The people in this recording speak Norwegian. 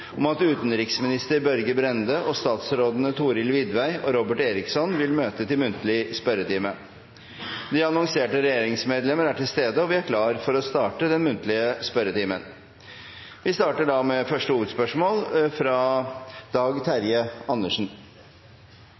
om at utenriksminister Børge Brende, statsråd Thorhild Widvey og statsråd Robert Eriksson vil møte til muntlig spørretime. De annonserte regjeringsmedlemmer er til stede, og vi er klare til å starte den muntlige spørretimen. Første hovedspørsmål er fra Dag Terje Andersen.